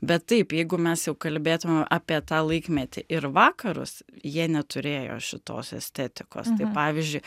bet taip jeigu mes jau kalbėtumėm apie tą laikmetį ir vakarus jie neturėjo šitos estetikos tai pavyzdžiui